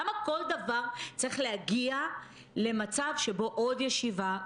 למה בכל דבר צריך להגיע למצב שבו יש עוד ישיבה,